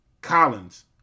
Collins